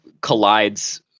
collides